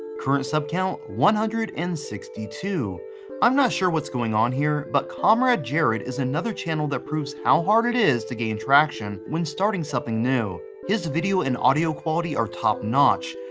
current sub count one hundred and sixty two i'm not sure what's going on here, but comrade jared is another channel that proves how hard it is to gain tracking when starting something new. his video and audio quality are top notch.